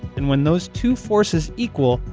and when those two forces equal,